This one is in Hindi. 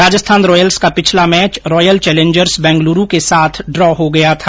राजस्थान रॉयल्स का पिछला मैच रॉयल चैलेंजर्स बैंगलुरू के साथ डॉ हो गया था